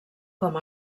com